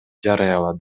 жарыялады